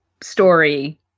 story